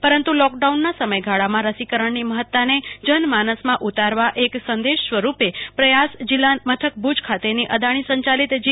પરંતુ લોકડાઉન્ન સમયગાળામાં રસીકરણની મફત્તાને જનમાનસમાં ઉતારવા એક સંદેશાસ્વરૂપે પ્રયાસ જિલ્લા મથક ભુજ ખાતે અદાણી સંચાલિત જી